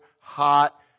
hot